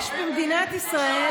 קומבינות רק לגיסתו של לפיד,